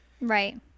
Right